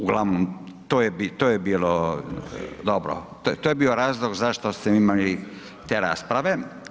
Uglavnom, to je bilo, dobro, to je bio razlog zašto ste imali te rasprave.